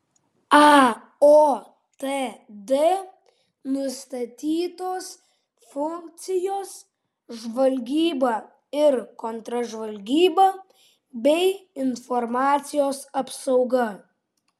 aotd nustatytos funkcijos žvalgyba ir kontržvalgyba bei informacijos apsauga